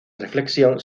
reflexión